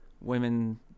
women